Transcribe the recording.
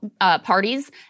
parties